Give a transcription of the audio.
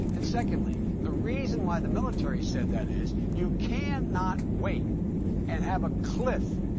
and secondly, the reason why the military said that is you cannot wait and have a cliff.